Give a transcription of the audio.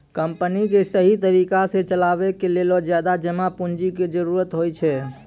company क सहि तरिका सह चलावे के लेलो ज्यादा जमा पुन्जी के जरुरत होइ छै